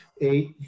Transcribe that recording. eight